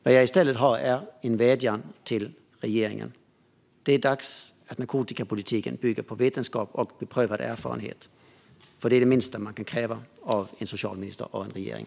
Vad jag i stället har är en vädjan till regeringen: Det är dags att narkotikapolitiken bygger på vetenskap och beprövad erfarenhet. Det är det minsta man kan kräva av en socialminister och en regering.